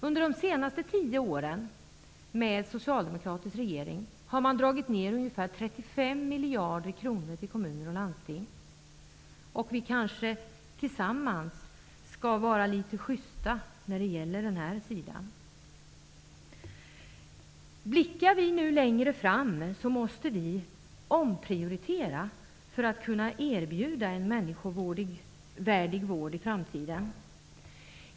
Under de senaste tio åren med en socialdemokratisk regering har det skett indragningar med ungefär 35 miljarder kronor till kommuner och landsting. Vi kanske tillsammans skall vara litet sjysta i denna fråga. Om vi blickar litet längre fram i tiden, ser vi att vi måste omprioritera för att kunna erbjuda en människovärdig vård i framtiden.